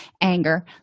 anger